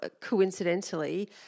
coincidentally